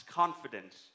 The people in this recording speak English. confidence